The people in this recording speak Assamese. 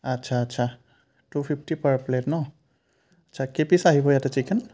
আচ্ছা আচ্ছা টু ফিফ্টি পাৰ প্লেট ন আচ্ছা কেই পিচ আহিব ইয়াতে চিকেন